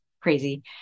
crazy